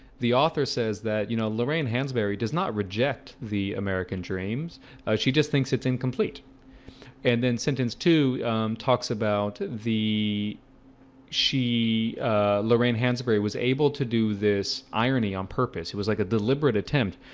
the author says that you know, lorraine hansberry does not reject the american dreams she just thinks it's incomplete and then sentence two talks about the she lorraine hansberry was able to do this irony on purpose it was like a deliberate attempt,